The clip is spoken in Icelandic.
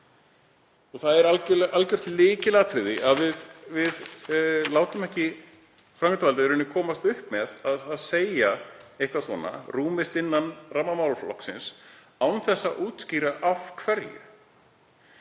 Það er algjört lykilatriði að við látum ekki framkvæmdarvaldið komast upp með að segja að eitthvað rúmist innan ramma málaflokksins án þess að útskýra af hverju.